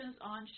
on